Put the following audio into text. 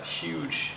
huge